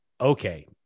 okay